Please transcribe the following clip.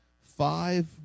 five